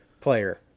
player